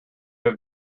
have